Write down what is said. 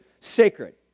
sacred